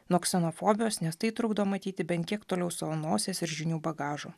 nuo ksenofobijos nes tai trukdo matyti bent tiek toliau savo nosies ir žinių bagažo